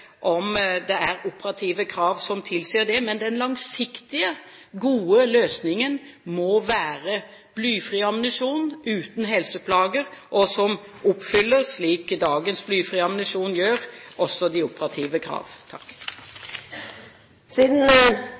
om operative krav tilsier det. Men den langsiktige, gode løsningen må være blyfri ammunisjon, uten helseplager, og som også oppfyller de operative krav, slik dagens blyfrie ammunisjon gjør.